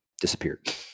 disappeared